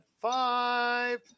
five